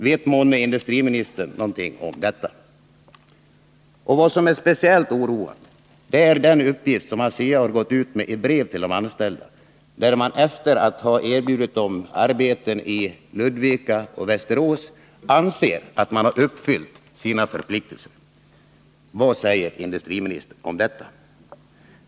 Vet månne industriministern något om detta? Speciellt oroande är den uppgift som ASEA i brev gått ut med till de anställda. Efter att ha erbjudit dem arbeten i Ludvika och Västerås anser man att man har uppfyllt sina förpliktelser. Vad säger industriministern om det?